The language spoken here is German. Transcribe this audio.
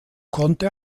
konnte